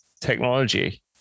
technology